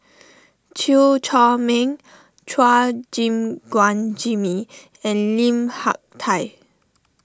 Chew Chor Meng Chua Gim Guan Jimmy and Lim Hak Tai